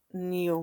ניומן,